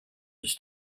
was